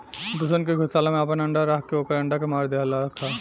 दुश्मन के घोसला में आपन अंडा राख के ओकर अंडा के मार देहलखा